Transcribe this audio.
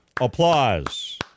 Applause